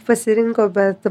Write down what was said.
pasirinko bet